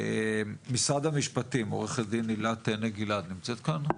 משרד המשפטים, עוה"ד הילה טנא-גלעד נמצאת כאן?